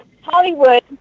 Hollywood